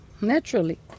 naturally